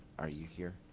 are you here?